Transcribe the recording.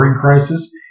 crisis